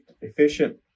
efficient